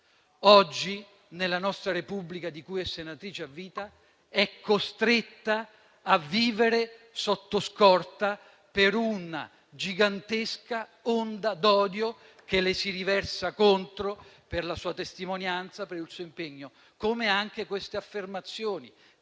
oggi, nella nostra Repubblica di cui è senatrice a vita, è costretta a vivere sotto scorta per una gigantesca onda d'odio che le si riversa contro, per la sua testimonianza e per il suo impegno. Anche queste affermazioni